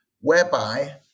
whereby